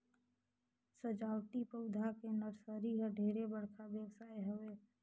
सजावटी पउधा के नरसरी ह ढेरे बड़का बेवसाय हवे